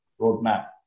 roadmap